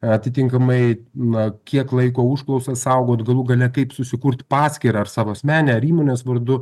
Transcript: atitinkamai na kiek laiko užklausas saugot galų gale kaip susikurt paskyrą ar savo asmeninę ar įmonės vardu